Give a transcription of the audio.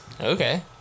Okay